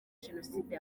jenoside